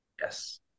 Yes